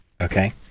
Okay